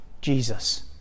Jesus